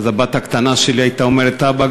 הבת הקטנה שלי הייתה אומרת: אבא,